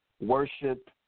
worship